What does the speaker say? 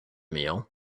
meal